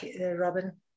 Robin